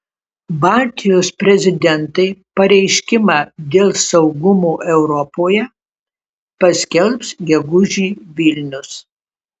baltijos prezidentai pareiškimą dėl saugumo europoje paskelbs gegužį vilnius